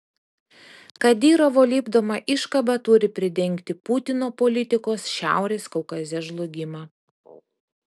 kadyrovo lipdoma iškaba turi pridengti putino politikos šiaurės kaukaze žlugimą